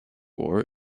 war